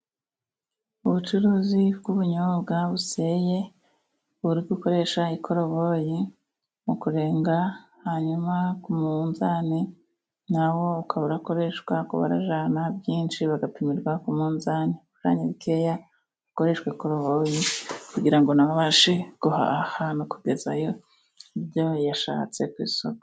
Ubucuruzi bw'ubunyobwa buseye bari gukoresha ikoroboyi mu kurenga, hanyuma ku munzani, nawo ukaba ukoreshwa ku barajyana byinshi, bagapimirwa ku munzani, iyo ari bikeya bakoresha ikoroboyi kugira nabo babashe guhaha no kugezayo ibyo yashatse ku isoko.